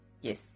Yes